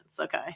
Okay